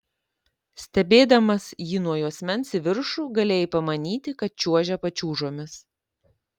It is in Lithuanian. stebėdamas jį nuo juosmens į viršų galėjai pamanyti kad čiuožia pačiūžomis